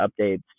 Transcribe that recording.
updates